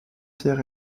pierre